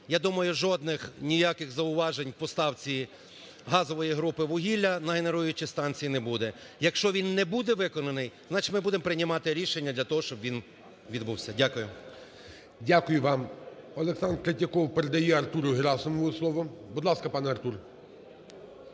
я думаю, жодних ніяких зауважень в поставці газової групи вугілля на генеруючі станції не буде. Якщо він не буде виконаний, значить ми будемо приймати рішення для того, щоб він відбувся. Дякую. ГОЛОВУЮЧИЙ. Дякую вам. Олександр Третьяков передає Артуру Герасимову слово. Будь ласка, пане Артур.